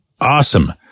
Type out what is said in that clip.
Awesome